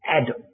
Adam